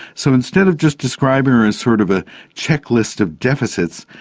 so instead of just describing her as sort of a checklist of deficits,